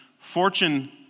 fortune